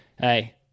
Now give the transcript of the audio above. Hey